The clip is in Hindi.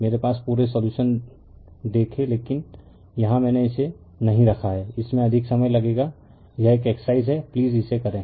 मेरे पास पूरे सलूशन देखें लेकिन यहां मैंने इसे नहीं रखा है इसमें अधिक समय लगेगा यह एक एक्सरसाइज़ है प्लीज इसे करें